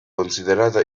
considerata